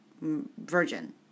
Virgin